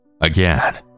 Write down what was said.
Again